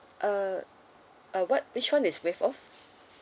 uh uh what which [one] is with off